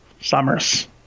Summers